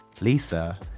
Lisa